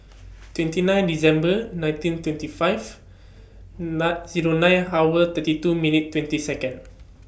twenty nine December nineteen twenty five Zero nine hour thirty two minute twenty Second